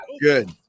Good